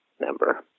number